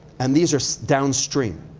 and these are downstream.